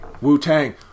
Wu-Tang